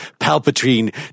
Palpatine